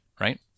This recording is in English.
right